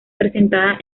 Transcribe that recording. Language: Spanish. presentada